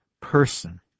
person